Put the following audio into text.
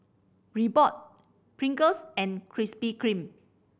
Reebok Pringles and Krispy Kreme